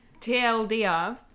TLDR